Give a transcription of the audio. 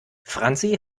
franzi